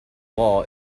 law